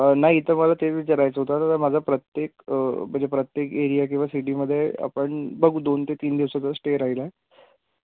नाही तर मला ते विचारायचं होतं आता माझा प्रत्येक म्हणजे प्रत्येक एरिया किंवा सिटीमध्ये आपण बघू दोन ते तीन दिवसाचा स्टे राहील आहे